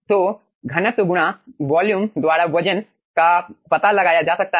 तो घनत्व गुणा वॉल्यूम द्वारा वजन का पता लगाया जा सकता है